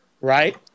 right